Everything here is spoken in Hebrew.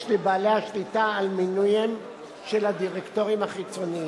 לבעלי השליטה על מינויים של הדירקטורים החיצוניים.